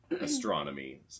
astronomy